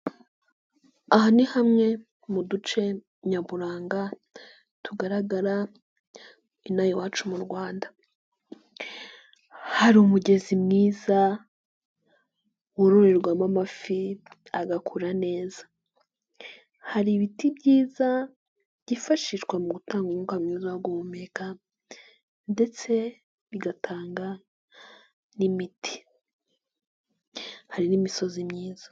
Aha ni hamwe mu duce nyaburanga tugaragara ino aha iwacu mu Rwanda, hari umugezi mwiza wororerwamo amafi agakura neza, hari ibiti byiza byifashishwa mu gutanga umwuka mwiza wo guhumeka ndetse bigatanga n'imiti, hari n'imisozi myiza.